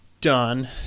done